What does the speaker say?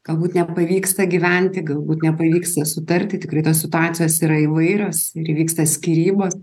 galbūt nepavyksta gyventi galbūt nepavyksta sutarti tikrai tos situacijos yra įvairios ir įvyksta skyrybos